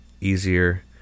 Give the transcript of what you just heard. easier